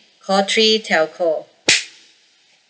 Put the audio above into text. call three telco